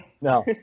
No